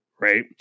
right